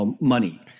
money